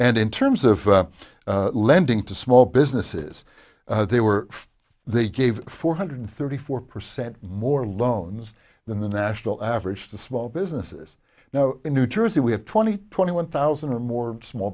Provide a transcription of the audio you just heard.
and in terms of lending to small businesses they were they gave four hundred thirty four percent more loans than the national average to small businesses now in new jersey we have twenty twenty one thousand and more small